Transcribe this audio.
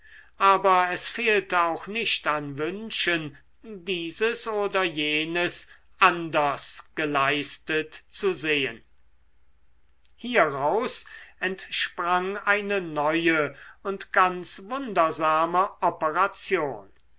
aber es fehlte auch nicht an wünschen dieses oder jenes anders geleistet zu sehen hieraus entsprang eine neue und ganz wundersame operation